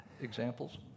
Examples